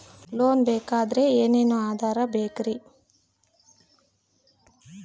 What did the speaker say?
Loan ಬೇಕಾದ್ರೆ ಏನೇನು ಆಧಾರ ಬೇಕರಿ?